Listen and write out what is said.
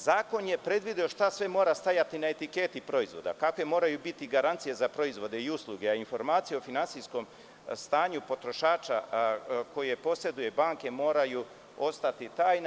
Zakon je predvideo šta sve mora stajati na etiketi proizvoda, kakve moraju biti garancije za proizvode i usluge, a informacije o finansijskom stanju potrošača koje poseduju banke moraju ostati tajna.